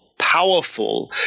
powerful